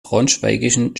braunschweigischen